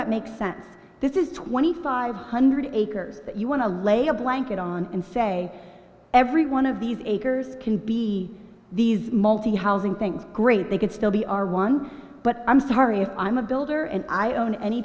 that makes sense this is twenty five hundred acres that you want to lay a blanket on and say every one of these acres can be these multi housing things great they can still be our one but i'm sorry if i'm a builder and i own a